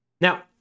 Now